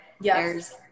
yes